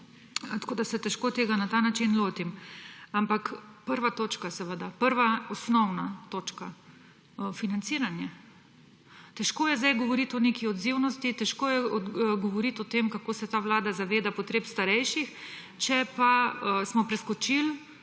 Težko se tega na ta način lotim. Prva točka, prva osnovna točka – financiranje. Težko je sedaj govoriti o neki odzivnosti, težko je govoriti o tem, kako se ta vlada zaveda potreb starejših, če pa smo preskočili